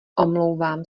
omlouvám